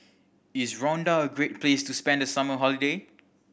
is Rwanda a great place to spend the summer holiday